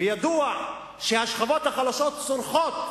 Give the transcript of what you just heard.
ידוע שהשכבות החלשות צורכות